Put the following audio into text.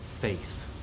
faith